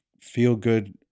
feel-good